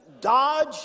Dodge